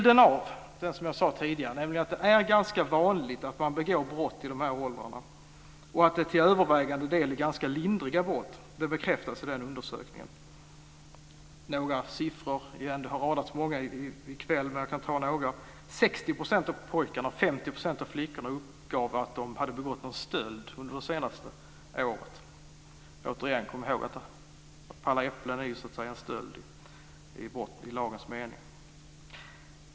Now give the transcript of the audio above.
Den bild som jag nämnde tidigare, nämligen att det är ganska vanligt att man begår brott i de här åldrarna och att det till övervägande del är ganska lindriga brott, bekräftas av den här undersökningen. Det har radats upp många siffror i kväll, men jag kan nämna några. 60 % av pojkarna och 50 % av flickorna uppgav att de hade begått någon stöld under det senaste året. Vi ska återigen komma ihåg att palla äpplen är en stöld i lagens mening.